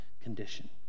condition